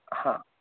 हा